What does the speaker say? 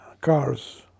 cars